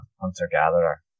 hunter-gatherer